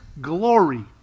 glory